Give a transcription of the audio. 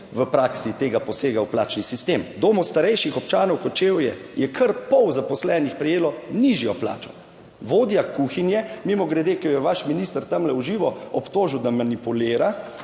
v praksi tega posega v plačni sistem v Domu starejših občanov Kočevje. Je kar pol zaposlenih prejelo nižjo plačo. Vodja kuhinje, mimogrede, ki jo je vaš minister tamle v živo obtožil, da manipulira,